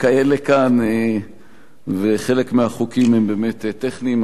וחלק מהחוקים הם באמת טכניים אבל גם הם חשובים.